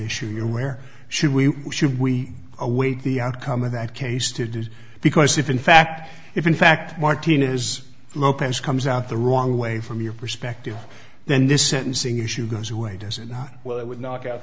issue your where should we should we await the outcome of that case to do so because if in fact if in fact martinez lopez comes out the wrong way from your perspective then this sentencing issue goes away does it not well i would knock out